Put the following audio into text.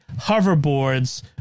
hoverboards